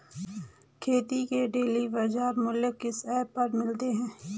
खेती के डेली बाज़ार मूल्य किस ऐप पर मिलते हैं?